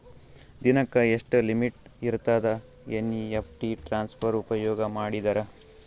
ದಿನಕ್ಕ ಎಷ್ಟ ಲಿಮಿಟ್ ಇರತದ ಎನ್.ಇ.ಎಫ್.ಟಿ ಟ್ರಾನ್ಸಫರ್ ಉಪಯೋಗ ಮಾಡಿದರ?